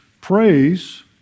praise